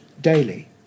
daily